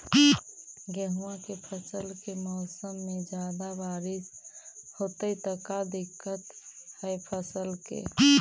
गेहुआ के फसल के मौसम में ज्यादा बारिश होतई त का दिक्कत हैं फसल के?